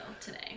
today